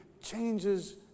changes